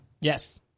Yes